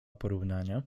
porównania